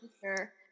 Sure